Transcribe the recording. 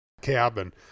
Cabin